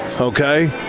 okay